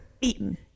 eaten